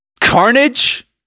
Carnage